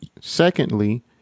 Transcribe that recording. secondly